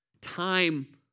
Time